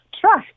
trust